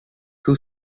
two